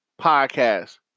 podcast